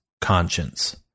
conscience